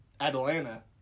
Atlanta